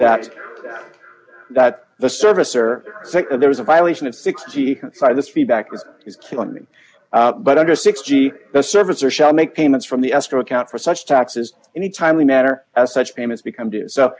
that that the service or there was a violation of sixty five this feedback was killing me but under six g the service or shall i make payments from the escrow account for such taxes in a timely manner as such payments become do so